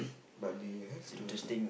but they will have to